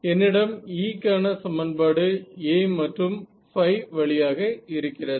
என்னிடம் E கான சமன்பாடு A மற்றும் ϕ வழியாக இருக்கிறது